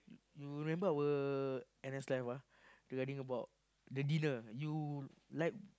you remember our N_S life ah regarding about the dinner you like